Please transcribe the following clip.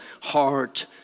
heart